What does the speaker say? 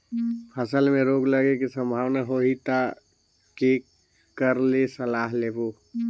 फसल मे रोग लगे के संभावना होही ता के कर ले सलाह लेबो?